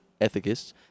ethicists